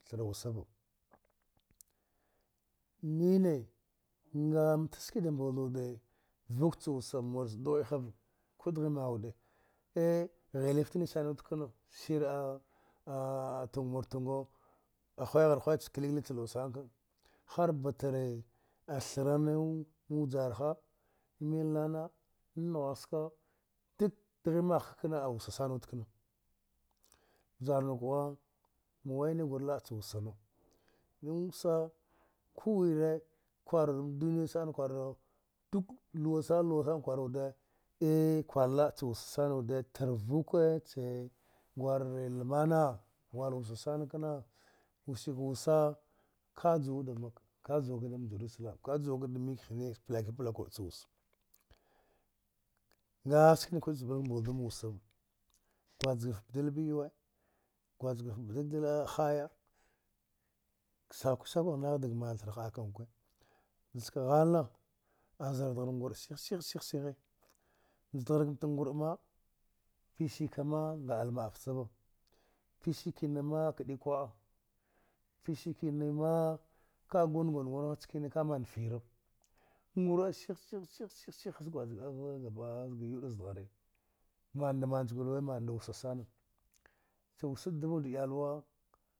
Thire wasava, nine ga nta ski da mbuldwe wudeva fukwe ca wasa murca dughwedha va ku dighe magha wude, hili fitine sane wude kena sire a tua murtuga, wahari wahara kla kla za luwa sana har batra a thure vjaraha na milnana, neghwassa, duk dihi mika mahaka kena a wussa sana wude kena. Vfazanukehu mu wainayi wude waca, ni wasa ku wire kura ma duniya kwaza duk luwi, luwahasa, kura ca wussa tara vkire ca gwara lamina, ca gure wasa sana, wsaka waca ka juwa wuda makka ga jawa da jerusalem. Ka juwa ka mika he, pla pla kube ca wasa. A ski kudila ku ca mbuldu ba mba waca va gwazkafte badile yuwe gwazkafte badile hiya, sauki sauka nagha da wasa mna thire kawa, halna azrdara dwargi sai sai zadma na dwardi piska a bla ticiva pisk ma kidi kwa'a piskma guna guna nekena ka fara, duu di shi shi aska yude zadghari, mna da mna wasa san